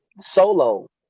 solo